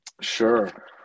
Sure